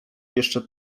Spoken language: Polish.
jeszcze